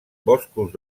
boscos